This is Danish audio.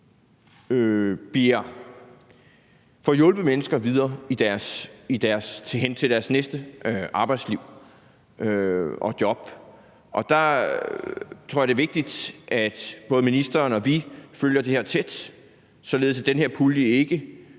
måde får hjulpet mennesker videre hen til deres næste arbejdsliv og job, og der tror jeg, det er vigtigt, at både ministeren og vi følger det her tæt, således at den her pulje ikke